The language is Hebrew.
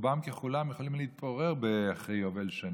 רובם ככולם יכולים להתפורר אחרי יובל שנים,